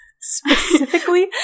specifically